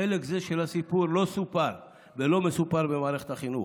חלק זה של הסיפור לא סופר ולא מסופר במערכת החינוך.